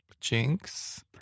Jinx